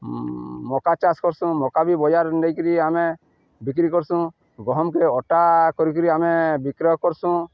ମକା ଚାଷ୍ କର୍ସୁଁ ମକା ବି ବଜାରେ ନେଇକିରି ଆମେ ବିକ୍ରି କର୍ସୁଁ ଗହମ୍କେ ଅଟା କରିକିରି ଆମେ ବିକ୍ରୟ କର୍ସୁଁ